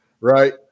right